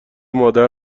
مادر